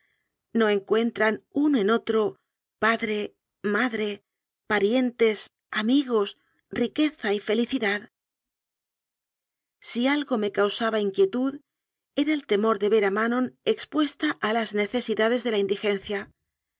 no encuentran uno en otro padre madre pa rientes amigos riqueza y felicidad si algo me causaba inquietud era el temor de ver a manon expuesta a las necesidades de la indigencia